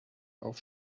auf